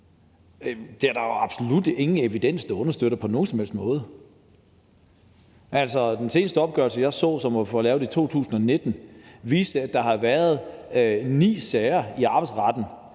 der jo absolut ingen evidens der understøtter på nogen som helst måde. Den seneste opgørelse, jeg så, som var lavet i 2019, viste, at der har været ni sager i arbejdsretten